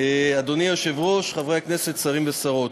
אדוני היושב-ראש, חברי הכנסת, שרים ושרות,